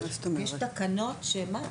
יש תקנות, שמה?